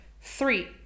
Three